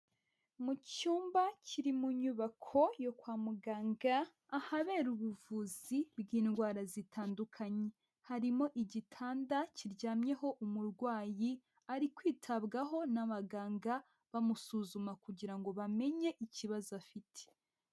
Mu cyumba kiri mu nyubako yo kwa muganga, ahabera ubuvuzi bw'indwara zitandukanye. Harimo igitanda kiryamyeho umurwayi, ari kwitabwaho n'abaganga, bamusuzuma kugira ngo bamenye ikibazo afite.